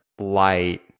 light